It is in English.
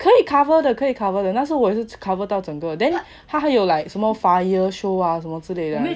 可以 cover 的可以 cover 的那时我也是 cover 到整个 then 他还有 like 什么 fire show ah 之类的